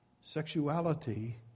Sexuality